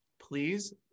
Please